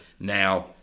now